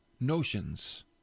notions